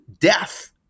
death